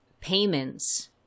payments